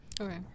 Okay